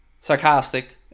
sarcastic